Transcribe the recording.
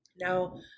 Now